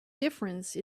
difference